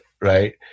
right